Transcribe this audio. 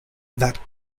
that